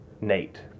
Nate